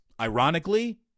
ironically